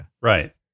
Right